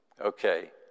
Okay